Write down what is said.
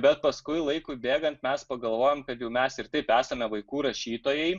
bet paskui laikui bėgant mes pagalvojom kad jau mes ir taip esame vaikų rašytojai